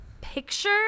picture